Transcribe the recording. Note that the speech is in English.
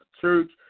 church